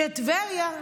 שטבריה,